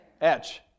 Etch